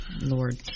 Lord